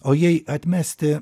o jei atmesti